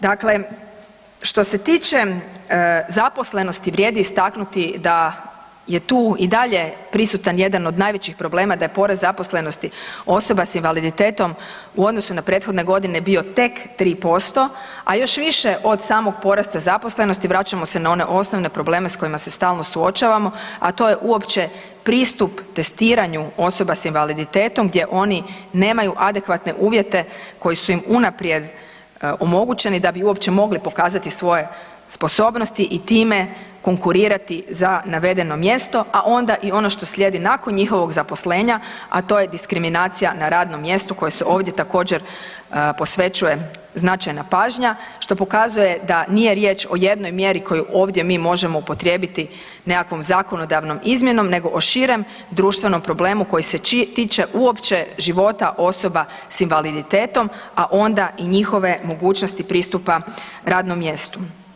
Dakle, što se tiče zaposlenosti vrijedi istaknuti da je tu i dalje prisutan jedan od najvećih problema da je porast zaposlenosti osoba s invaliditetom u odnosu na prethodne godine bio tek 3%, a još više od samog porasta zaposlenosti vraćamo se na one osnovne probleme s kojima se stalno suočavamo, a to je uopće pristup testiranju osoba s invaliditetom gdje oni nemaju adekvatne uvjete koji su im unaprijed omogućeni da bi uopće mogli pokazati svoje sposobnosti i time konkurirati za navedeno mjesto, a onda i ono što slijedi nakon njihovog zaposlenja, a to je diskriminacija na radnom mjestu kojoj se ovdje također posvećuje značajna pažnja što pokazuje da nije riječ o jednom mjeri koju ovdje mi možemo upotrijebiti nekakvom zakonodavnom izmjenom nego o širem društvenom problemu koji se tiče uopće života osoba s invaliditetom, a onda i njihove mogućnosti pristupa radnom mjestu.